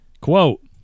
Quote